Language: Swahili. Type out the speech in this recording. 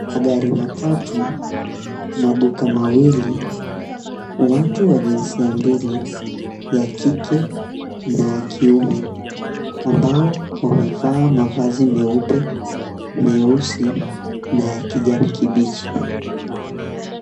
Magari matatu, maduka mawili, watu wa jinsia mbili ya kike na ya kiume, ambao wamevaa mavazi meupe, meusi na ya kijani kibichi.